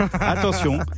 Attention